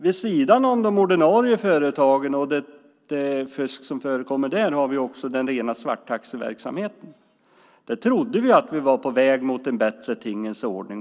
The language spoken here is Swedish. Vid sidan av de ordinarie företagen och det fusk som förekommer där har vi också den rena svarttaxiverksamheten. Vi trodde att vi var på väg mot en bättre tingens ordning.